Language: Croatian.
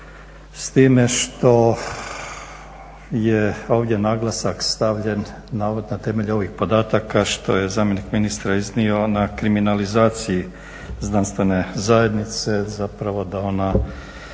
s time što je ovdje naglasak stavljen na temelju ovih podataka što je zamjenik ministra iznio na kriminalizaciji znanstvene zajednice zapravo da ona